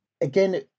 again